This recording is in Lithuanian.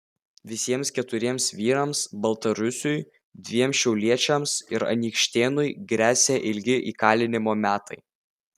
visiems keturiems vyrams baltarusiui dviem šiauliečiams ir anykštėnui gresia ilgi įkalinimo metai